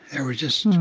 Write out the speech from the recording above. there was just